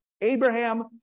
Abraham